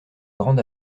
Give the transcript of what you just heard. grande